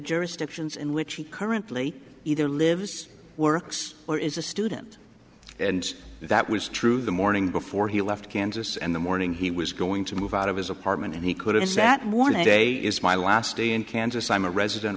jurisdictions in which he currently either lives works or is a student and that was true the morning before he left kansas and the morning he was going to move out of his apartment and he could have sat morning today is my last day in kansas i'm a resident